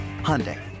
Hyundai